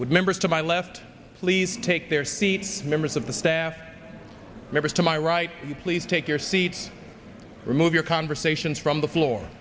with members to my left please take their seat members of the staff members to my right please take your seats remove your conversations from the floor